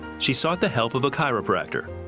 she sought the help of a chiropractor,